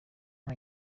nta